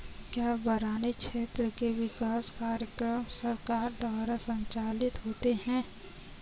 क्या बरानी क्षेत्र के विकास कार्यक्रम सरकार द्वारा संचालित होते हैं?